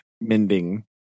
Mending